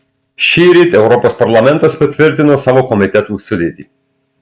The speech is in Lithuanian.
šįryt europos parlamentas patvirtino savo komitetų sudėtį